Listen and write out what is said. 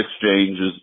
exchanges